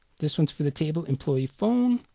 this one is for the table employee phone